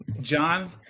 John